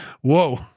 whoa